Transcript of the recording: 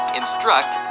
instruct